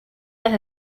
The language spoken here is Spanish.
las